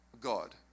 god